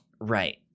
Right